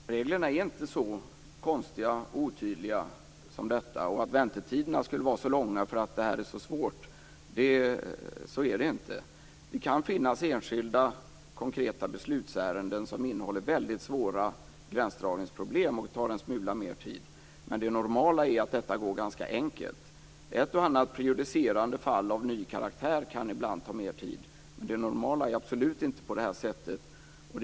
Fru talman! Reglerna är inte så konstiga och otydliga. Det är inte så att väntetiderna skulle vara så långa därför att detta är så svårt. Det kan finns enskilda konkreta beslutsärenden som innehåller väldigt svåra gränsdragningsproblem och tar en smula mer tid, men det normala är att detta går ganska enkelt. Ett och annat prejudicerande fall av ny karaktär kan ibland ta mer tid, men det normala är absolut inte att det går till på det här sättet.